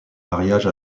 mariage